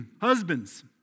Husbands